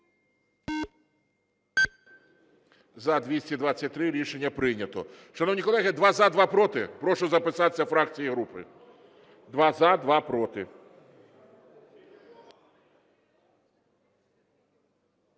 За-223 Рішення прийнято. Шановні колеги, два – за, два – проти? Прошу записатися фракції і групи: два – за, два – проти.